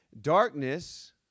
Darkness